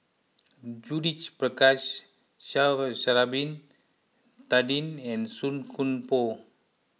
Judith Prakash Sha'ari Bin Tadin and Song Koon Poh